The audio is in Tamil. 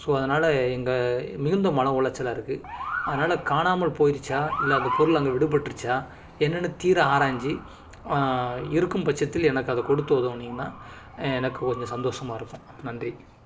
ஸோ அதனால எங்கள் மிகுந்த மன உளைச்சலாக இருக்குது அதனால் காணாமல் போயிடுச்சா இல்லை அந்த பொருள் அங்கே விடுபட்டுடுச்சா என்னென்னு தீர ஆராய்ந்து இருக்கும் பட்சத்தில் எனக்கு அதை கொடுத்து உதவுனீங்கன்னால் எனக்கு கொஞ்சம் சந்தோஷமாக இருக்கும் நன்றி